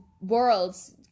worlds